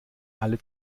alle